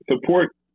support